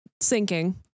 sinking